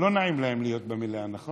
לא נעים להם להיות במליאה, נכון?